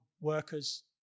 workers